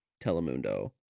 Telemundo